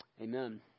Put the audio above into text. Amen